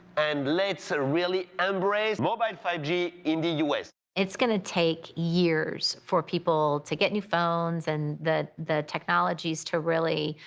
and let's ah really embrace mobile five g in the us! it's going to take years for people to get new phones and the the technologies to really,